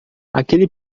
aquele